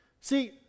See